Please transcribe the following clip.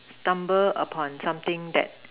stumble upon something that